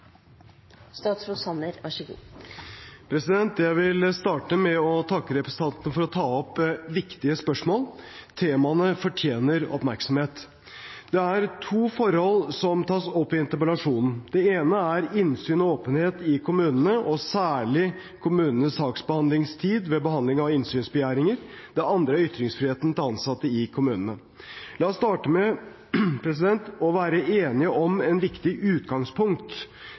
Jeg vil starte med å takke representanten for å ta opp viktige spørsmål. Temaene fortjener oppmerksomhet. Det er to forhold som tas opp i interpellasjonen. Det ene er innsyn og åpenhet i kommunene og særlig kommunenes saksbehandlingstid ved behandlingen av innsynsbegjæringer. Det andre er ytringsfriheten til ansatte i kommunene. La oss starte med å være enige om et viktig utgangspunkt,